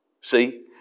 See